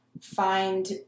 find